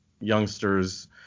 youngsters